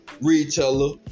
Retailer